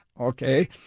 okay